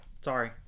Sorry